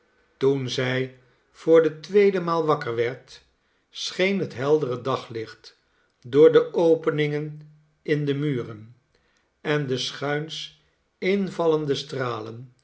toen zij voor de tweede maal wakker werd scheen het heldere daglicht door de openingen in de muren en de schuins invallende